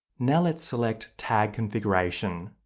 now let's select tag configuration.